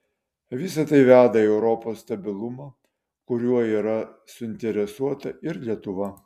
visa tai veda į europos stabilumą kuriuo yra suinteresuota ir lietuva